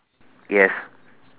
yes